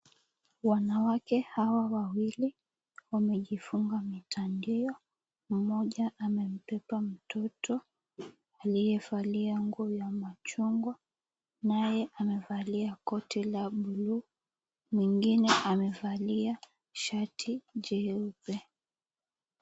Wanawake hawa wawili wamejifunga mitandio. Mmoja amembeba mtoto aliyevaa nguo ya machungwa naye amevalia koti la blue. Mwingine amevalia shati jeupe.